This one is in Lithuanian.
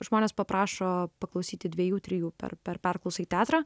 žmonės paprašo paklausyti dviejų trijų per per perklausą į teatrą